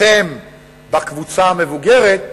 אתם בקבוצה המבוגרת,